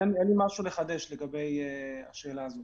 אין לי משהו לחדש לגבי השאלה הזאת.